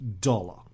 dollar